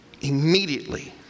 Immediately